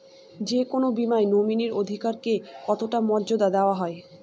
যে কোনো বীমায় নমিনীর অধিকার কে কতটা মর্যাদা দেওয়া হয়?